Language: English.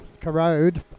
corrode